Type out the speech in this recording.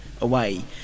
away